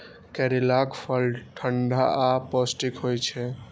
करैलाक फल ठंढा आ पौष्टिक होइ छै